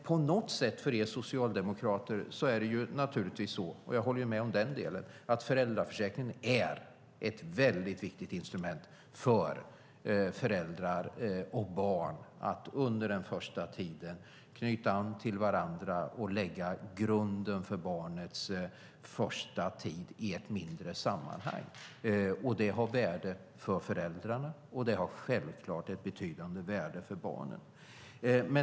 På något sätt är det för er socialdemokrater så - och jag håller med om den delen - att föräldraförsäkringen är ett väldigt viktigt instrument för föräldrar och barn att under den första tiden knyta an till varandra och lägga grunden för barnets första tid i ett mindre sammanhang. Det har ett värde för föräldrarna, och det har självklart ett betydande värde för barnen.